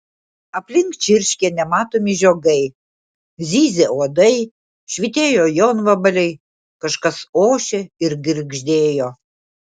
aplink čirškė nematomi žiogai zyzė uodai švytėjo jonvabaliai kažkas ošė ir girgždėjo